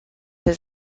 his